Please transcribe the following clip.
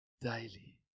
daily